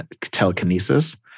telekinesis